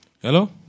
Hello